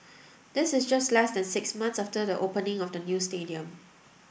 this is just less than six months after the opening of the new stadium